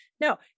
no